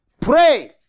pray